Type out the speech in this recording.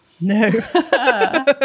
no